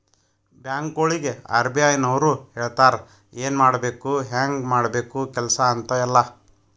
ಬ್ಯಾಂಕ್ಗೊಳಿಗ್ ಆರ್.ಬಿ.ಐ ನವ್ರು ಹೇಳ್ತಾರ ಎನ್ ಮಾಡ್ಬೇಕು ಹ್ಯಾಂಗ್ ಮಾಡ್ಬೇಕು ಕೆಲ್ಸಾ ಅಂತ್ ಎಲ್ಲಾ